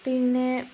പിന്നെ